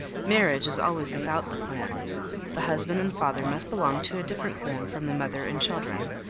marriage is always without the clan the husband and father must belong to a different clan from the mother and children,